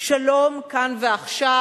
שלום כאן ועכשיו,